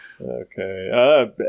Okay